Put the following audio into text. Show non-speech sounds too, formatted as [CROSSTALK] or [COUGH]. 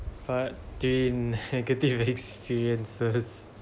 part three [LAUGHS] negative experiences